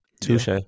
Touche